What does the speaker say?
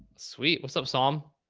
sweet. what's up somme.